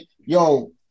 yo